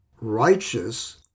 righteous